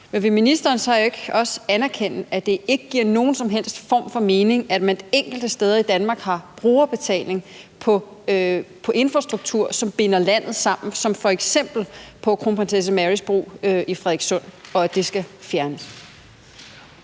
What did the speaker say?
Men vil ministeren så ikke også anerkende, at det ikke giver nogen som helst form for mening, at man enkelte steder i Danmark har brugerbetaling på infrastruktur, som binder landet sammen, som f.eks. på Kronprinsesse Marys Bro i Frederikssund, og at det skal fjernes?